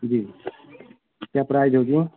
जी क्या प्राइज होगी